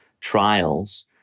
trials